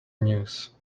news